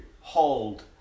hold